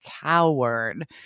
coward